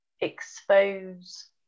expose